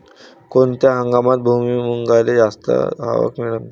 कोनत्या हंगामात भुईमुंगाले जास्त आवक मिळन?